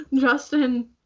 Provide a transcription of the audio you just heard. Justin